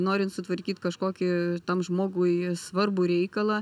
norint sutvarkyt kažkokį tam žmogui svarbų reikalą